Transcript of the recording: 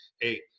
Hey